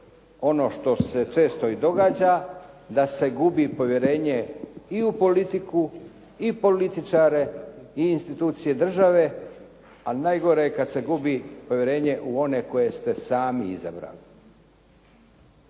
ono što se često i događa da se gubi povjerenje i u politiku i političare i institucije države, ali najgore je kad se gubi povjerenje u one koje ste sami izabrali.